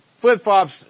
Flip-flops